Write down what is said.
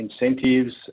incentives